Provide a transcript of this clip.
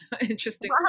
Interesting